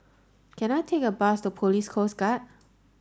can I take a bus to Police Coast Guard